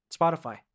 Spotify